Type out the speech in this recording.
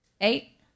Eight